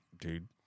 dude